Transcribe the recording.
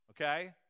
Okay